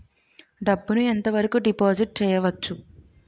డబ్బు ను ఎంత వరకు డిపాజిట్ చేయవచ్చు?